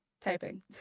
typing